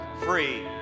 Free